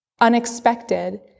unexpected